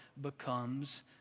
becomes